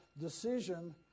decision